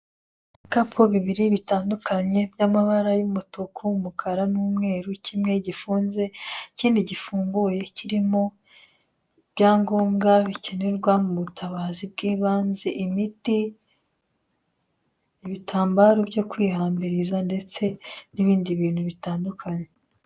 Bikapu bibiri bitandukanye by'amabara y'umutuku, umukara n'umweru, kimwe gifunze, ikindi gifunguye kirimo, ibyangombwa bikenerwa mu butabazi bw'ibanze imiti, ibitambaro byo kwihambiriza ndetse n'ibindi bintu bitandukanye.